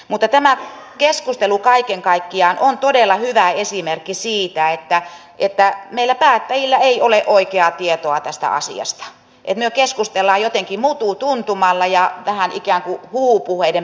mutta tämä keskustelu kaiken kaikkiaan on todella hyvä esimerkki siitä että meillä päättäjillä ei ole oikeaa tietoa tästä asiasta ja että me keskustelemme jotenkin mututuntumalla ja ikään kuin vähän huhupuheidenkin perusteella